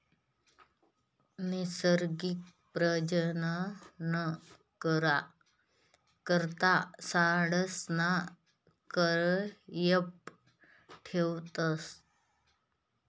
नैसर्गिक प्रजनन करा करता सांडसना कयप ठेवतस